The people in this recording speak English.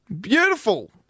Beautiful